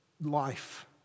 life